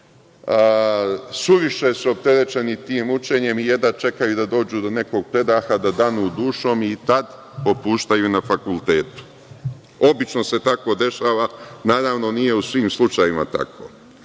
suviše su opterećeni tim učenjem i jedva čekaju da dođu do nekog predaha, da danu dušom i tad popuštaju na fakultetu. Obično se tako dešava. Nije uvek tako. Što